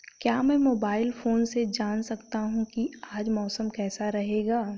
क्या मैं mobile phone से जान सकता हूँ कि आज मौसम कैसा रहेगा?